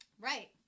Right